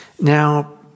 Now